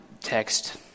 text